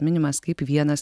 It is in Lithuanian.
minimas kaip vienas